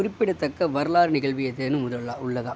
குறிப்பிடத்தக்க வரலாறு நிகழ்வு எதுன்னு முதலில் உள்ளதா